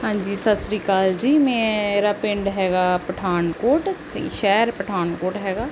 ਹਾਂਜੀ ਸਤਿ ਸ਼੍ਰੀ ਅਕਾਲ ਜੀ ਮੇਰਾ ਪਿੰਡ ਹੈਗਾ ਪਠਾਨਕੋਟ ਅਤੇ ਸ਼ਹਿਰ ਪਠਾਨਕੋਟ ਹੈਗਾ